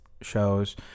shows